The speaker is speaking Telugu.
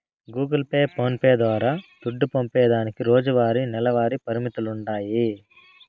గూగుల్ పే, ఫోన్స్ ద్వారా దుడ్డు పంపేదానికి రోజువారీ, నెలవారీ పరిమితులుండాయి